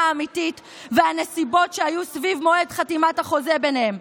האמיתית והנסיבות שהיו סביב מועד חתימת החוזה ביניהם.